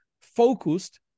focused